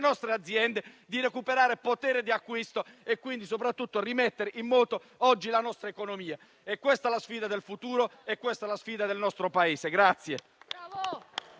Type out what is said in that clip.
aziende di recuperare potere di acquisto e quindi, soprattutto, di rimettere in moto la nostra economia. È questa la sfida del futuro, è questa la sfida del nostro Paese.